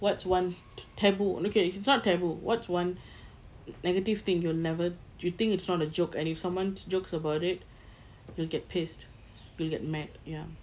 what's one taboo okay it's not taboo what's one negative thing you'll never you think it's not a joke and if someone jokes about it you'll get pissed you'll get mad ya